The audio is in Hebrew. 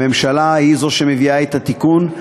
הממשלה היא זו שמביאה את התיקון,